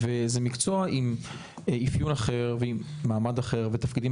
זה מקצוע עם אפיון אחר ועם מעמד אחר ותפקידים